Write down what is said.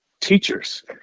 teachers